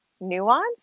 nuance